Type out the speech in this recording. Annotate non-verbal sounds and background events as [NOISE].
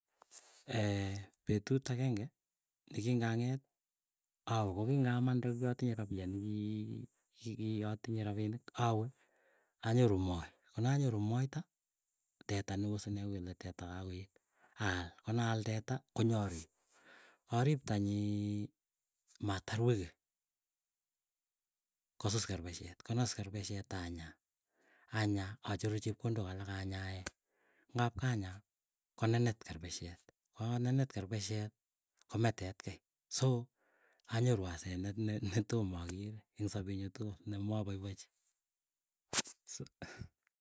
[HESITATION] petut ageng'e nekingang'et awee kokingamande kokiatinye rapia nikiiyatinye rapinik awee anyoru mooi. Konanyoru moita teta neo sinee uu kele teta kakoet, aal konal teta konyarip arip tanyii, matar wiki kosus kerpeshiet kansus kerpeshet anyaa. Anyaa acheru chepkondok alak anyae, ngap kanya konenet kerpeshiet, kokakonenet kerpeshist kome tetkai. So anyoru asenet ne, ne toma akere en sapee nyuu tukulnemapaipachii. [NOISE] [HESITATION]